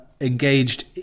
engaged